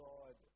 God